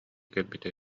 кэлбитэ